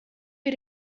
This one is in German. wir